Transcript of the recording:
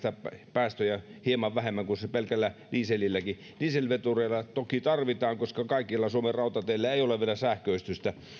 päästöjä hieman vähemmän kuin pelkällä dieselillä dieselvetureita toki tarvitaan koska kaikilla suomen rautateillä ei ole vielä sähköistystä